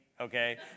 Okay